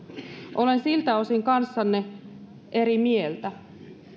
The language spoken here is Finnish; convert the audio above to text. olen siltä osin kanssanne eri mieltä